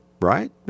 right